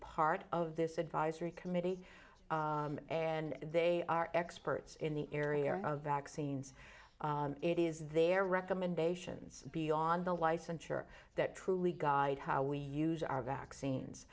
part of this advisory committee and they are experts in the area of vaccines it is their recommendations beyond the licensure that truly guide how we use our vaccines